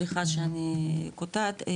סליחה שאני קוטעת,